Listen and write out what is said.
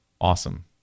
Awesome